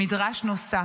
במדרש נוסף,